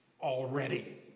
already